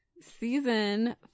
season